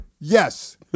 Yes